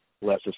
less